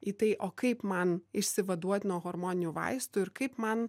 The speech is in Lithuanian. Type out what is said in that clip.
į tai o kaip man išsivaduot nuo hormoninių vaistų ir kaip man